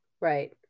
Right